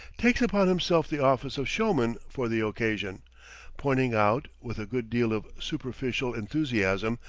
takes upon himself the office of showman for the occasion pointing out, with a good deal of superficial enthusiasm,